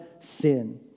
sin